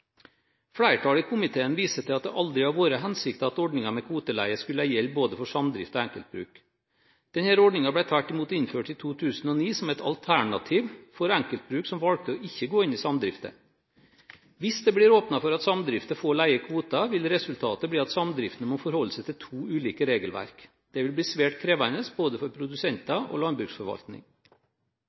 Flertallet i komiteen viser til at det aldri har vært hensikten at ordningen med kvoteleie skulle gjelde både for samdrifter og enkeltbruk. Denne ordningen ble tvert imot innført i 2009 som et alternativ for enkeltbruk som valgte ikke å gå inn i samdrifter. Hvis det blir åpnet for at samdrifter får leie kvoter, vil resultatet bli at samdriftene må forholde seg til to ulike regelverk. Det vil bli svært krevende for både produsenter og landbruksforvaltning.